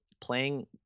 playing